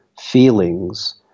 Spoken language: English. feelings